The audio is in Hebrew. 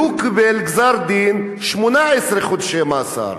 הוא קיבל גזר-דין 18 חודשי מאסר.